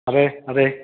അതേ അതേ